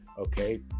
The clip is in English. Okay